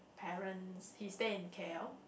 parents he stays in K_L